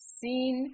seen